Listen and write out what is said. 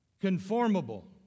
Conformable